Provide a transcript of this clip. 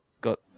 got